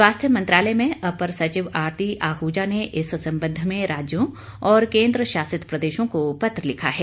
स्वास्थ्य मंत्रालय में अपर सचिव आरती आहूजा ने इस संबंध में राज्यों और केन्द्रशासित प्रदेशों को पत्र लिखा है